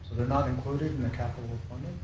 they're not included in the capital we're funded.